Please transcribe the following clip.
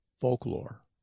folklore